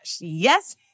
Yes